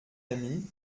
amie